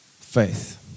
faith